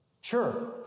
Sure